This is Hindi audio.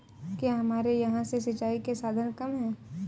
क्या हमारे यहाँ से सिंचाई के साधन कम है?